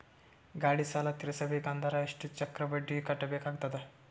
ಗಾಡಿ ಸಾಲ ತಿರಸಬೇಕಂದರ ಎಷ್ಟ ಚಕ್ರ ಬಡ್ಡಿ ಕಟ್ಟಬೇಕಾಗತದ?